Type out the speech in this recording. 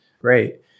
great